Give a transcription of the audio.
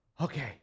okay